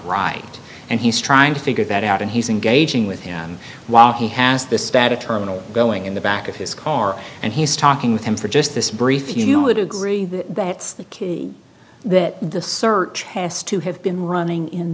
right and he's trying to figure that out and he's engaging with him while he has this static terminal going in the back of his car and he's talking with him for just this brief you would agree that it's the kid that the search has to have been running in